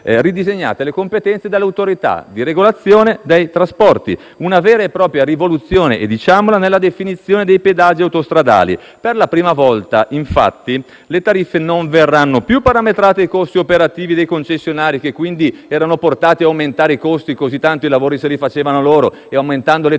ridisegnate le competenze dell'Autorità di regolazione dei trasporti, una vera e propria rivoluzione - diciamolo -nella definizione dei pedaggi autostradali: per la prima volta, infatti, le tariffe non verranno più parametrate ai costi operativi dei concessionari, che quindi erano portati ad aumentare i costi, tanto i lavori li facevano loro, e con l'aumento delle